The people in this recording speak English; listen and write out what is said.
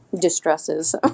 distresses